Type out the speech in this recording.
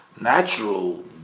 natural